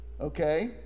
Okay